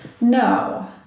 No